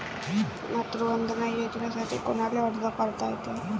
मातृवंदना योजनेसाठी कोनाले अर्ज करता येते?